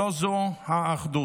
הלוא זו האחדות.